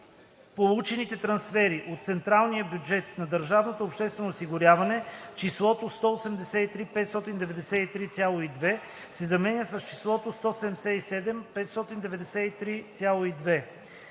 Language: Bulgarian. Получени трансфери от централния бюджет за държавното обществено осигуряване“ числото „183 593,2“ се заменя с числото „177 593,2“.